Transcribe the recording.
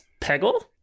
Peggle